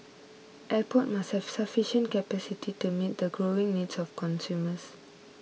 airport must have sufficient capacity to meet the growing needs of consumers